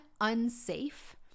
unsafe